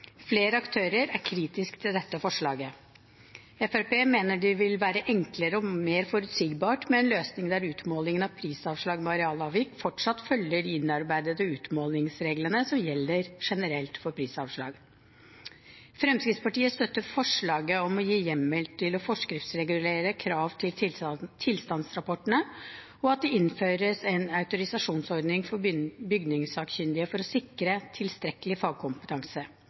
Flere aktører er kritiske til dette forslaget. Fremskrittspartiet mener at det vil være enklere og mer forutsigbart med en løsning der utmålingen av prisavslag ved arealavvik fortsatt følger de innarbeidede utmålingsreglene som gjelder generelt for prisavslag. Fremskrittspartiet støtter forslaget om å gi hjemmel til å forskriftsregulere krav til tilstandsrapportene og at det innføres en autorisasjonsordning for bygningssakkyndige for å sikre tilstrekkelig fagkompetanse.